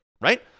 right